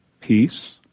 peace